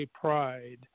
Pride